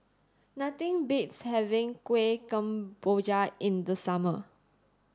nothing beats having Kueh Kemboja in the summer